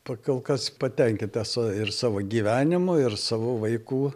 pakolkas patenkintas va ir savo gyvenimu ir savo vaikų